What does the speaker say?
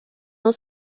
non